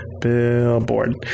Billboard